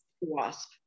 wasp